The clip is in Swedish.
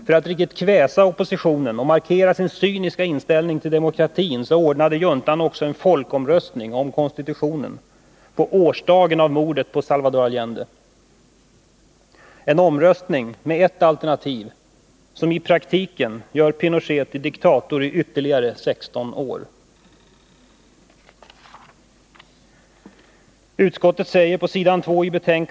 För att riktigt kväsa oppositionen och markera sin cyniska inställning till demokratin ordnade juntan på årsdagen av mordet på Salvador Allende en folkomröstning om konstitutionen. Det var en omröstning med ett alternativ, som i praktiken gör Pinochet till diktator i ytterligare 16 år.